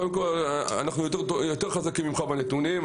אנחנו יותר חזקים ממך בנתונים,